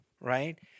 right